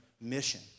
mission